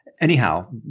Anyhow